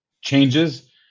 changes